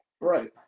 right